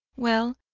well,